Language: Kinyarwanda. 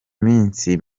minsi